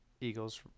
Eagles